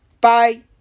Bye